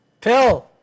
Pill